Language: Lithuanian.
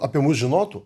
apie mus žinotų